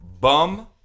bum